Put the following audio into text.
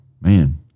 Man